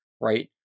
Right